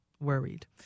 worried